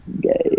gay